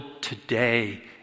today